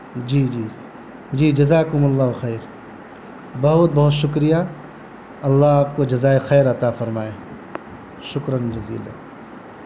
جی جی جی جزاکم اللہ خیر بہت بہت شکریہ اللہ آپ کو جزائے خیر عطا فرمائے شکراً جزیرا